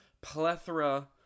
plethora